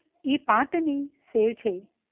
ఈ పాటని సేవ్ చెయ్యి